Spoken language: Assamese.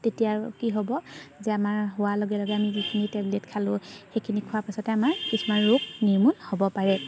তেতিয়া আৰু কি হ'ব যে আমাৰ হোৱাৰ লগে লগে আমি যিখিনি টেবলেট খালোঁ সেইখিনি খোৱাৰ পাছতে আমাৰ কিছুমান ৰোগ নিৰ্মূল হ'ব পাৰে